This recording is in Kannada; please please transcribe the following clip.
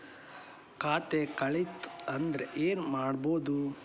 ಖಾತೆ ಕಳಿತ ಅಂದ್ರೆ ಏನು ಮಾಡೋದು?